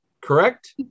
Correct